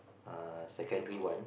uh secondary one